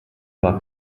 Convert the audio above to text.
war